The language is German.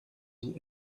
die